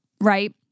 right